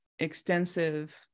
extensive